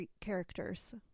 characters